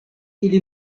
ili